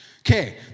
Okay